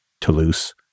Toulouse